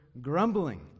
grumbling